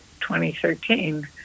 2013